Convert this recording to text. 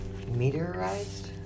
meteorized